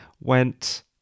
went